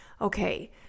okay